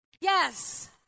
Yes